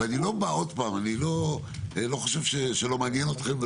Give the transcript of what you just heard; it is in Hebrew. ואני לא חושב שלא מעניין אתכם,